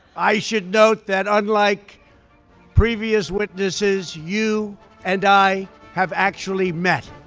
i should note that unlike previous witnesses, you and i have actually met.